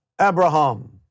Abraham